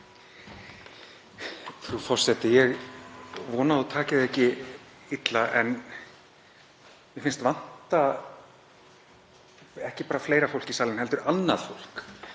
Frú forseti. Ég vona að þú takir því ekki illa en mér finnst vanta, ekki bara fleira fólk í salinn heldur annað fólk.